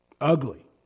ugly